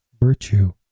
virtue